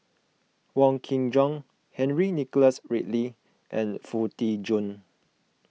Wong Kin Jong Henry Nicholas Ridley and Foo Tee Jun